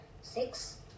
six